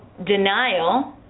Denial